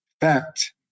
fact